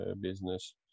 business